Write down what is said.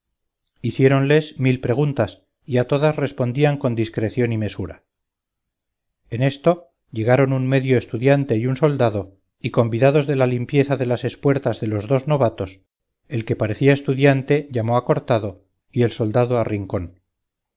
plaza hiciéronles mil preguntas y a todas respondían con discreción y mesura en esto llegaron un medio estudiante y un soldado y convidados de la limpieza de las espuertas de los dos novatos el que parecía estudiante llamó a cortado y el soldado a rincón